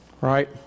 right